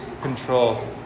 control